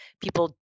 people